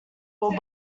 were